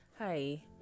Hi